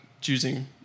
choosing